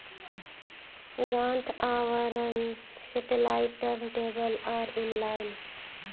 गांठ आवरण satellite turntable आर इन लाइन